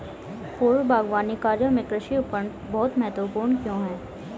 पूर्व बागवानी कार्यों में कृषि उपकरण बहुत महत्वपूर्ण क्यों है?